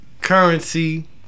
Currency